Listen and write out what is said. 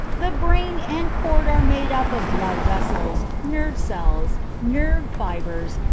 the brain and cord are made up of blood-vessels, nerve cells, nerve fibres,